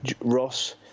Ross